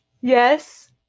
Yes